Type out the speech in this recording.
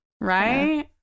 right